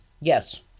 Yes